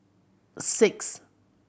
six